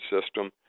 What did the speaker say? system